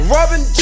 Robin